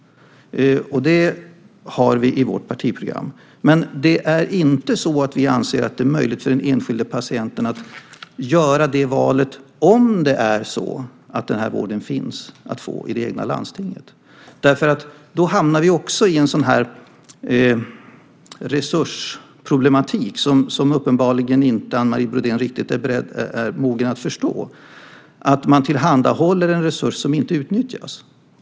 Detta står i vårt partiprogram. Men vi anser inte att det ska vara möjligt för den enskilda patienten att göra detta val om vården finns att få i det egna landstinget. I så fall hamnar vi i en resursproblematik som Anne Marie Brodén uppenbarligen inte är riktigt mogen att förstå. Man tillhandahåller en resurs som inte utnyttjas.